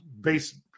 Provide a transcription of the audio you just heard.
base